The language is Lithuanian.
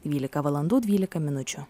dvylika valandų dvylika minučių